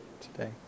today